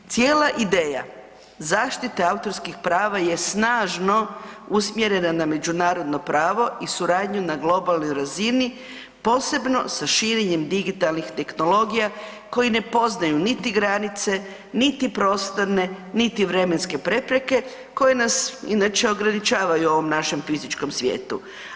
Cijela ideja zaštite autorskih prava je snažno usmjereno na međunarodno pravo i suradnju na globalnoj razini, posebno sa širenjem digitalnih tehnologija koji ne poznaju niti granice niti prostorne, niti vremenske prepreke koje nas inače ograničavaju u ovom našem fizičkom svijetu.